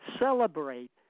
celebrate